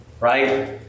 Right